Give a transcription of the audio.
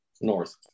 North